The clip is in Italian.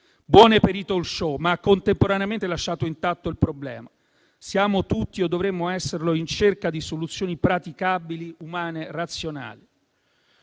buone per i *talk show*, ma contemporaneamente ha lasciato intatto il problema. Siamo tutti - o dovremmo esserlo - in cerca di soluzioni praticabili, umane, razionali.